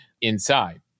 inside